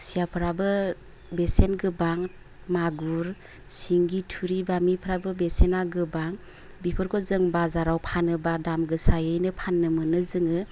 खुसियाफ्राबो बेसेन गोबां मागुर सिंगि थुरि बामिफ्राबो बेसेना गोबां बिफोरखौ जों बाजाराव फानोबा दाम गोसायैनो फाननो मोनो जोङो